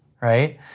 right